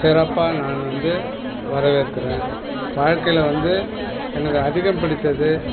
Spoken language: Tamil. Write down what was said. சிறப்பாக நான் வந்து வரவேற்கிறேன் வாழ்க்கையில் வந்து எனக்கு அதிகம் பிடித்தது